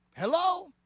Hello